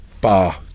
bar